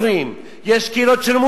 יש קהילות של נוצרים,